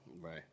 Right